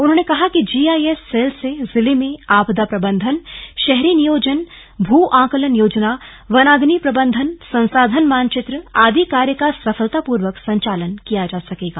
उन्होंने कहा कि जीआईएस सेल से जिले में आपदा प्रबन्धन शहरी नियोजन भू आंकलन योजना वनाग्नि प्रबन्धन संसाधन मानचित्र आदि कार्य का सफलतापूर्वक संचालन किया जा सकेगा